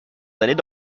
d’aller